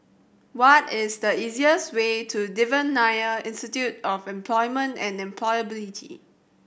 what is the easiest way to Devan Nair Institute of Employment and Employability